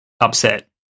upset